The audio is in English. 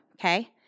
okay